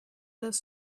das